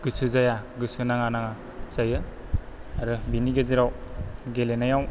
गोसोजाया गोसो नाङा नाङा जायो आरो बिनि गेजेराव गेलेनायाव